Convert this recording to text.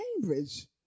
Cambridge